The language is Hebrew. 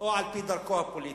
על-פי דרכו הפוליטית.